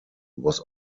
was